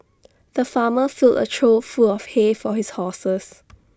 the farmer filled A trough full of hay for his horses